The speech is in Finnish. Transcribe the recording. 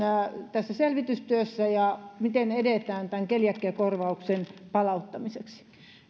tässä selvitystyössä ja miten edetään tämän keliakiakorvauksen palauttamiseksi